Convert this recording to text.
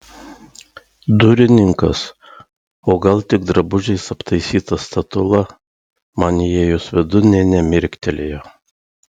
durininkas o gal tik drabužiais aptaisyta statula man įėjus vidun nė nemirktelėjo